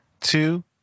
two